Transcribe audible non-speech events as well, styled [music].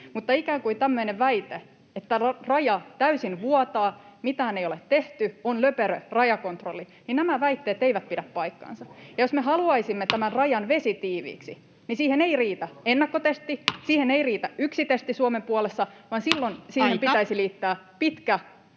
että ikään kuin raja täysin vuotaa, mitään ei ole tehty, on löperö rajakontrolli, eivät pidä paikkaansa. [noise] Ja jos me haluaisimme tämän rajan vesitiiviiksi, niin siihen ei riitä ennakkotesti, siihen ei riitä yksi testi Suomen puolessa, [Puhemies: Aika!] vaan silloin siihen pitäisi liittää pitkä